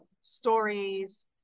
stories